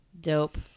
Dope